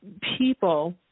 people